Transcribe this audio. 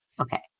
okay